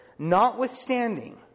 notwithstanding